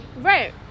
Right